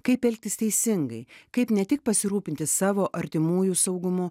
kaip elgtis teisingai kaip ne tik pasirūpinti savo artimųjų saugumu